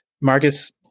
Marcus